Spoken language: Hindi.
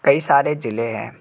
कई सारे ज़िले हैं